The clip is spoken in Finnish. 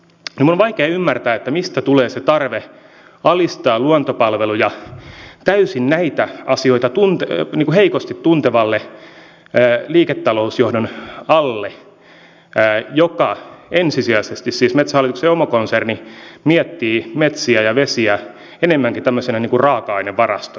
minun on vaikea ymmärtää mistä tulee se tarve alistaa luontopalveluja täysin näitä asioita heikosti tuntevan liiketalousjohdon alle joka ensisijaisesti siis metsähallituksen oma konserni miettii metsiä ja vesiä enemmänkin tämmöisenä raaka ainevarastona